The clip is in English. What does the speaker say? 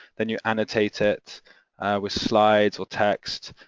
then you annotate it with slides or text,